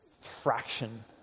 fraction